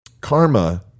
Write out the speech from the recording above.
Karma